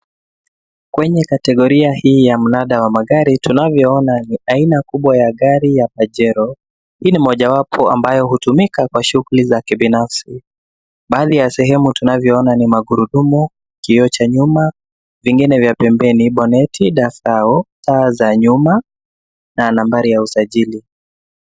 Kwenye kategoria hii ya mnada wa magari tunavyoona ni aina kubwa ya gari ya pajero. Hii ni mojawapo ambayo hutumika kwa shughuli za kibinafsi. Baadhi ya sehemu tunavyoona ni magurudumu, kioo cha nyuma, vingine vya pembeni, bonnet ,dasao, taa za nyuma na nambari ya usajili.